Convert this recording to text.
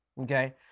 Okay